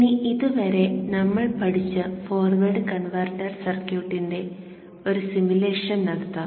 ഇനി ഇതുവരെ നമ്മൾ പഠിച്ച ഫോർവേഡ് കൺവെർട്ടർ സർക്യൂട്ടിന്റെ ഒരു സിമുലേഷൻ നടത്താം